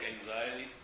anxiety